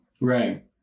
Right